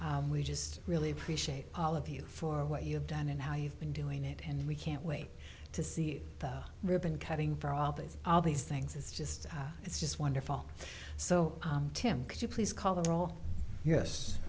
well we just really appreciate all of you for what you've done and how you've been doing it and we can't wait to see the ribbon cutting for all these all these things is just it's just wonderful so tim could you please call the roll yes